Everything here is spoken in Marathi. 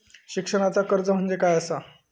शिक्षणाचा कर्ज म्हणजे काय असा?